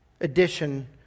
edition